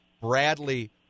Bradley